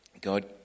God